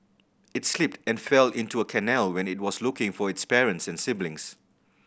it slipped and fell into a canal when it was looking for its parents and siblings